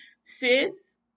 Sis